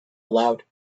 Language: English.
aloud